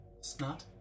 Snot